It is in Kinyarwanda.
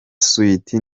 sweety